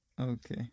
Okay